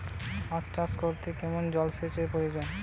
আখ চাষ করতে কেমন জলসেচের প্রয়োজন?